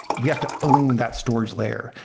we have to own that storage layer.